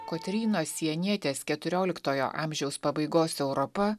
kotrynos sienietės keturioliktojo amžiaus pabaigos europa